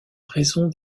raison